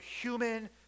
human